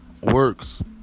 Works